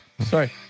sorry